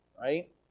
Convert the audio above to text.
right